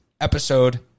episode